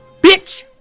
bitch